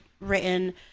written